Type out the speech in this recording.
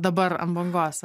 dabar ant bangos